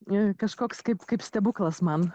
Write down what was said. į kažkoks kaip kaip stebuklas man